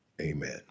Amen